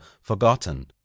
forgotten